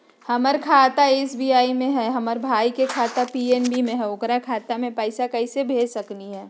हमर खाता एस.बी.आई में हई, हमर भाई के खाता पी.एन.बी में हई, ओकर खाता में पैसा कैसे भेज सकली हई?